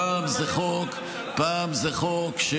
פעם זה חוק,